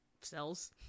cells